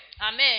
Amen